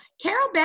carol